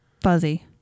Fuzzy